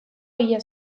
hila